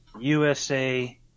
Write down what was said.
USA